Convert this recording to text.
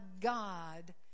God